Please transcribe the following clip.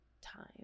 time